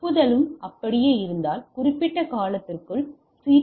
ஒப்புதலும் அப்படியே இருந்தால் குறிப்பிட்ட காலத்திற்குள் சி